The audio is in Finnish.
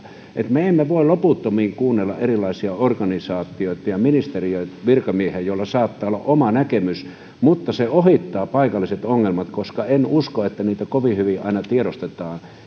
me emme voi loputtomiin kuunnella erilaisia organisaatioita ja ministeriöiden virkamiehiä joilla saattaa olla oma näkemys mutta jotka ohittavat paikalliset ongelmat koska en usko että sitä kovin hyvin aina tiedostetaan että